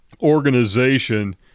organization